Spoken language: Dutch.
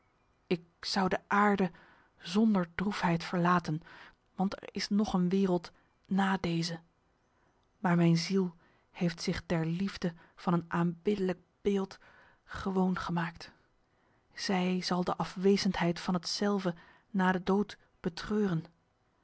ik zou de aarde zonder droefheid verlaten want er is nog een wereld na deze maar mijn ziel heeft zich der liefde van een aanbiddelijk beeld gewoon gemaakt zij zal de afwezendheid van hetzelve na de dood betreuren